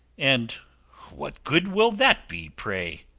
and what good will that be, pray?